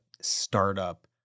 startup